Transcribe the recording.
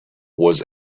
was